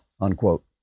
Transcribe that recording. unquote